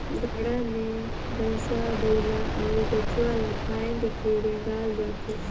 गाड़ा मे भइसा बइला अउ बछवा ल फाएद के रेगाल जाथे